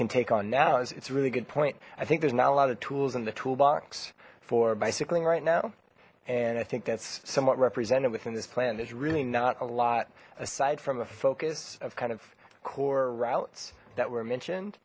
can take on now is it's a really good point i think there's not a lot of tools in the toolbox for bicycling right now and i think that's somewhat represented within this plan there's really not a lot aside from a focus of kind of core routes that were mentioned